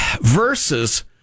versus